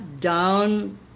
down